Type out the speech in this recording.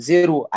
Zero